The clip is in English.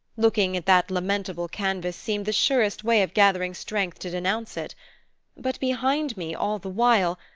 looking at that lamentable canvas seemed the surest way of gathering strength to denounce it but behind me, all the while,